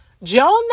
Joan